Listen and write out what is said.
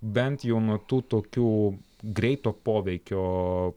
bent jau nuo tų tokių greito poveikio